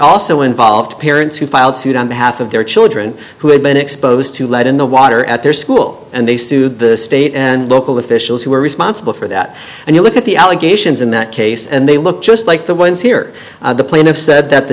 also involved parents who filed suit on behalf of their children who had been exposed to lead in the water at their school and they sued the state and local officials who were responsible for that and you look at the allegations in that case and they look just like the ones here the plaintiffs said that the